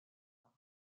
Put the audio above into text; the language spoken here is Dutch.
nacht